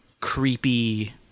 Creepy